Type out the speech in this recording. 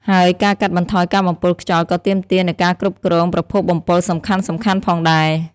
ហើយការកាត់បន្ថយការបំពុលខ្យល់ក៏ទាមទារនូវការគ្រប់គ្រងប្រភពបំពុលសំខាន់ៗផងដែរ។